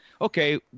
okay